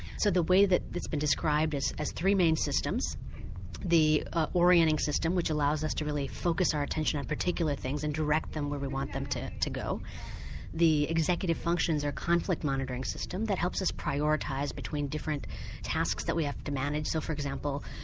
so the way that it's been described as as three main systems the orienting system, which allows us to really focus our attention on particular things and direct them where we want them to to go the executive functions or conflict monitoring system that helps us prioritise between different tasks that we have to manage so, for example,